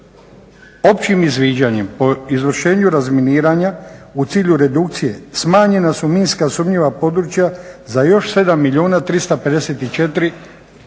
Općim izviđanjem po izvršenju razminiranja u cilju redukcije smanjena su minska sumnjiva područja za još 7 milijuna 354 metra